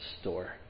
store